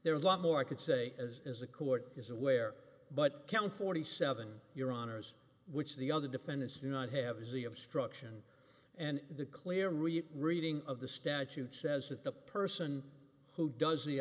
there is a lot more i could say as as the court is aware but count forty seven your honour's which the other defendants do not have is the obstruction and the clear reading of the statute says that the person who does the